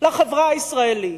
לחברה הישראלית.